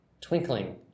twinkling